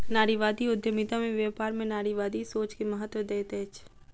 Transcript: नारीवादी उद्यमिता में व्यापार में नारीवादी सोच के महत्त्व दैत अछि